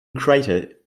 greater